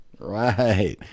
Right